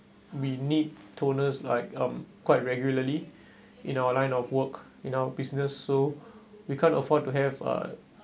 we need toners like um quite regularly in our line of work in our business so we can't afford to have a